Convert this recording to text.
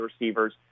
receivers